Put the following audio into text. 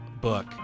book